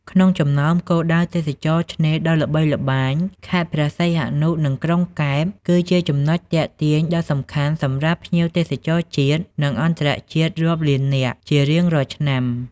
ក្នុងចំណោមគោលដៅទេសចរណ៍ឆ្នេរដ៏ល្បីល្បាញ ខេត្តព្រះសីហនុ និងក្រុងកែប គឺជាចំណុចទាក់ទាញដ៏សំខាន់សម្រាប់ភ្ញៀវទេសចរជាតិ និងអន្តរជាតិរាប់លាន នាក់ជារៀងរាល់ឆ្នាំ។